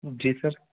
जी sir